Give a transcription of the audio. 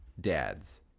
dads